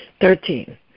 Thirteen